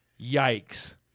Yikes